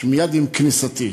שמייד עם כניסתי,